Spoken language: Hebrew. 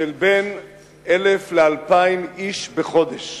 של בין 1,000 ל-2,000 איש בחודש.